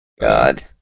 God